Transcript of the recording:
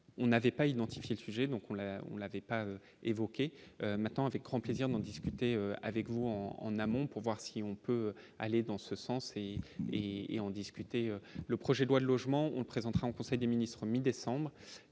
on n'avait pas identifié sujet donc on l'a, on l'avait pas évoquer maintenant avec grand plaisir d'en discuter avec vous, en en amont pour voir si on peut aller dans ce sens et et et en discuter le projet de loi de logement, on présentera en conseil des ministres mi-décembre